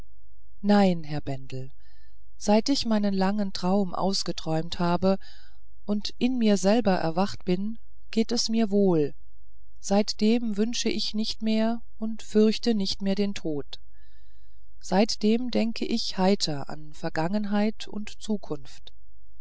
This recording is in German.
nein herr bendel seit ich meinen langen traum ausgeträumt habe und in mir selber erwacht bin geht es mir wohl seitdem wünsche ich nicht mehr und fürchte nicht mehr den tod seitdem denke ich heiter an vergangenheit und zukunft